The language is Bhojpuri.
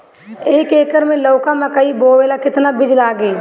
एक एकर मे लौका मकई बोवे ला कितना बिज लागी?